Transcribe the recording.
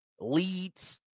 leads